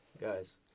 guys